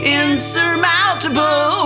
insurmountable